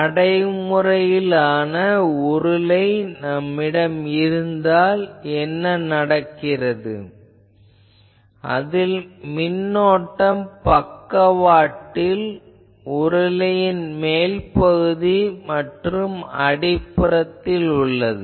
நடைமுறையிலான உருளை நம்மிடம் இருந்தால் என்ன நடக்கிறது அதில் மின்னோட்டம் பக்கவாட்டில் உருளையின் மேல் பகுதி மற்றும் அடிப்புறத்தில் உள்ளது